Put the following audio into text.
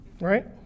Right